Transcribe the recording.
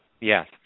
Yes